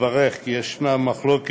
התברר כי יש מחלוקות